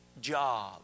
job